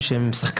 שם אושרו שישה